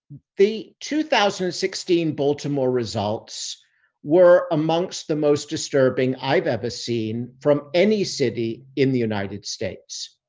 the two thousand and sixteen baltimore results were amongst the most disturbing i've ever seen from any city in the united states.